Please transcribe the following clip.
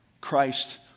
Christ